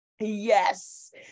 Yes